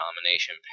domination